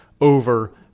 over